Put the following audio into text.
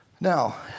Now